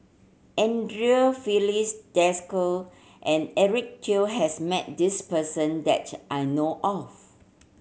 Andre Filipe Desker and Eric Teo has met this person that I know of